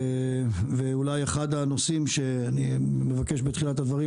ואולי אחד הנושאים שאני מבקש בתחילת הדברים